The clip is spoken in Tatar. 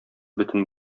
бөтен